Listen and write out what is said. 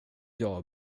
jag